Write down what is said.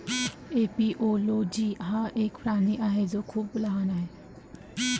एपिओलोजी हा एक प्राणी आहे जो खूप लहान आहे